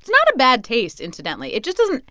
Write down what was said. it's not a bad taste, incidentally. it just doesn't